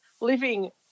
living